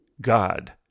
God